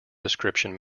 description